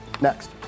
next